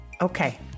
Okay